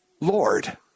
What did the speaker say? Lord